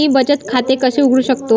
मी बचत खाते कसे उघडू शकतो?